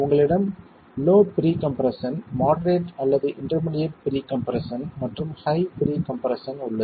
உங்களிடம் low pre compression moderate அல்லது intermediate pre compression மற்றும் ஹை ப்ரீ கம்ப்ரெஸ்ஸன் உள்ளது